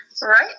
Right